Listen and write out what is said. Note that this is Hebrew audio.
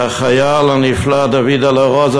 והחייל הנפלא דוד דלרוזה,